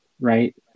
right